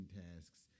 tasks